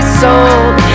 sold